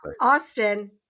Austin